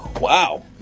Wow